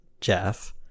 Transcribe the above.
Jeff